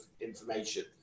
information